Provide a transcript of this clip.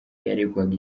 yaregwaga